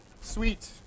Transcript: Sweet